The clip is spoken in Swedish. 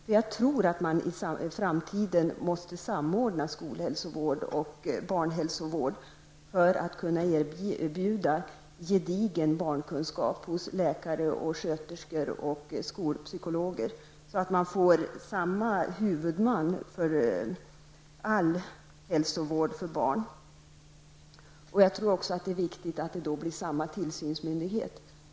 Jag tror nämligen att man i framtiden måste samordna skolhälsovård och barnhälsovård under samma huvudman för att kunna erbjuda läkare, sköterskor och skolpsykologer gedigen barnkunskap. Det är också viktigt att ha samma tillsynsmyndighet.